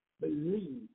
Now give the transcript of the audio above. Believe